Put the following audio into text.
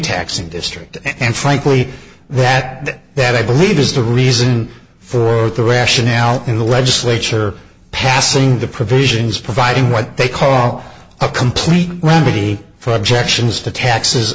taxing district and frankly that that i believe is the reason for the rationale in the legislature passing the provisions providing what they call a complete remedy for objections to taxes